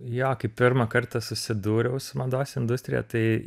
jo kai pirmą kartą susidūriau su mados industrija tai